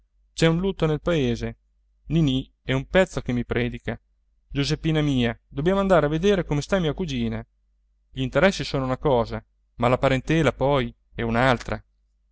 c'è un lutto nel paese ninì è un pezzo che mi predica giuseppina mia dobbiamo andare a vedere come sta mia cugina gl'interessi sono una cosa ma la parentela poi è